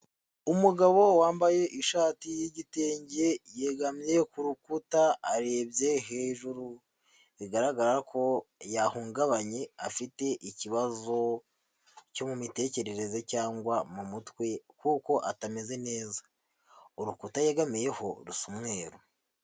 Umugabo wambaye ishati y'igitenge, yegamye ku rukuta arebye hejuru, bigaragara ko yahungabanye afite ikibazo cyo mu mitekerereze cyangwa mu mutwe, kuko atameze neza. Urukuta yegamiyeho rusa umweru.